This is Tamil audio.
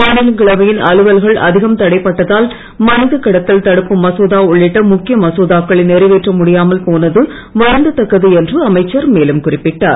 மாநிலங்களவையின் அலுவல்கள் அதிகம் தடைப்பட்டதால் மனிதக் கடத்தல் தடுப்பு மசோதா உள்ளிட்ட முக்கிய மசோதாக்களை நிறைவேற்ற முடியாமல் போனது வருந்தத் தக்கது என்று அமைச்சர் மேலும் குறிப்பிட்டார்